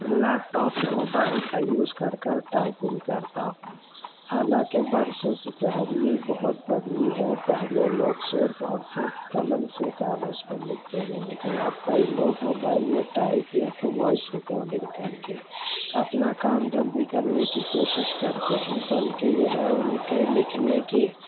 لیپ top یا mobile کا use کر کر ٹائپنگ کرتا ہوں حالانکہ برسوں سے تحریر بہت بدلی ہے پہلے لوگ صرف اور صرف قلم سے کاغذ پر لکھتے تھے لیکن اب کئی لوگ موبائل میں ٹائپ یا تو وائس ریکارڈنگ کر کے اپنا کام جلدی کرنے کی کوشش کرتے ہیں بلکہ یہ ہے اُن کے لکھنے کی